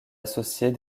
associés